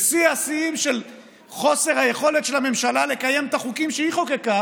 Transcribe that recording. ושיא השיאים של חוסר היכולת של הממשלה לקיים את החוקים שהיא חוקקה